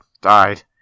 died